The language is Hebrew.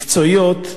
מקצועיות,